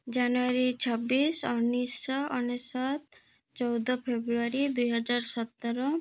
ଜାନୁଆରୀ ଛବିଶ ଉଣେଇଶଶହ ଅନେଶ୍ୱତ ଚଉଦ ଫେବୃଆରୀ ଦୁଇହଜାର ସତର